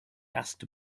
asked